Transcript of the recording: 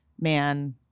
man